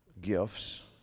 gifts